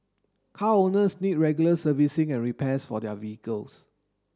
car owners need regular servicing and repairs for their vehicles